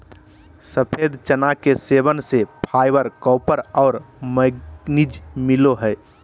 सफ़ेद चना के सेवन से फाइबर, कॉपर और मैंगनीज मिलो हइ